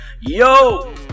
Yo